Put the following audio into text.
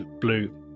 blue